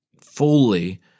fully